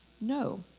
No